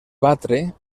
batre